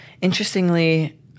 Interestingly